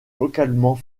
localement